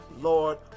Lord